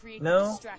no